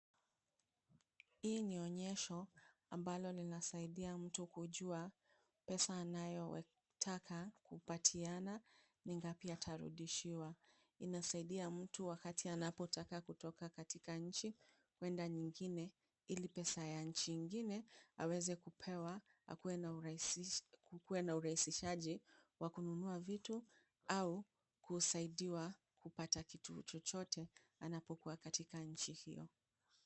Hii ni onyesho ambalo linasaidia mtu kujua pesa anayotaka kupatiana ni ngapi atarudishiwa. Inasaidia mtu wakati anapotaka kutoka katika nchi kuenda nyingine ili pesa ya nchi ingine aweze kupewa kukuwe na urahisishaji wa kununua vitu au kusaidiwa kupata kitu chochote anapokuwa katika nchi hiyo.